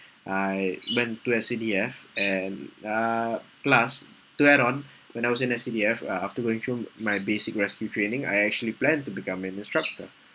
I went to S_C_D_F and uh plus to add on when I was in S_C_D_F uh after going through my basic rescue training I actually plan to become an instructor